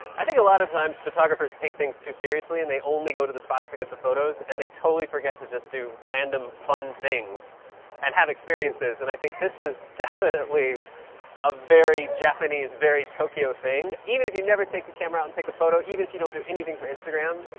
i think a lot of times, photographers take things too seriously and they only go to the spots to get the photos, and they totally forget to just do random, fun things and have experiences, and i think this is definitely a very japanese, very tokyo thing. even if you never take the camera out and take a photo, even if you don't do anything for instagram,